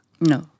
No